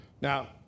Now